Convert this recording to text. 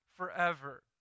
forever